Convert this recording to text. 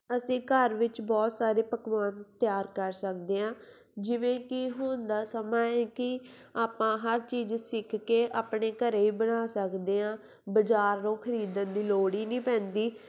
ਅਸੀਂ ਘਰ ਵਿੱਚ ਬਹੁਤ ਸਾਰੇ ਪਕਵਾਨ ਤਿਆਰ ਕਰ ਸਕਦੇ ਹਾਂ ਜਿਵੇਂ ਕਿ ਹੁਣ ਦਾ ਸਮਾਂ ਹੈ ਕਿ ਆਪਾਂ ਹਰ ਚੀਜ਼ ਸਿੱਖ ਕੇ ਆਪਣੇ ਘਰ ਬਣਾ ਸਕਦੇ ਹਾਂ ਬਜ਼ਾਰੋਂ ਖਰੀਦਣ ਦੀ ਲੋੜ ਹੀ ਨਹੀਂ ਪੈਂਦੀ